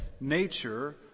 nature